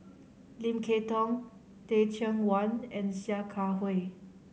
Lim Kay Tong Teh Cheang Wan and Sia Kah Hui